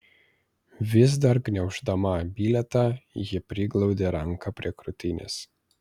vis dar gniauždama bilietą ji priglaudė ranką prie krūtinės